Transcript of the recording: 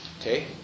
Okay